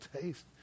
taste